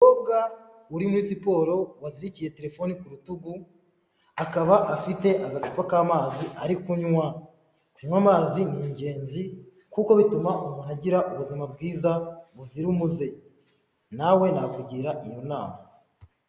Urimo siporo wazirikiye terefoni ku rutugu, akaba afite agacupa k'amazi ari kunywa, kunywa amazi ni ingenzi kuko bituma umuntu agira ubuzima bwiza buzira umuze, nawe nakugira iyo nama.